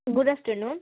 good afternoon